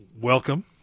welcome